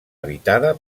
habitada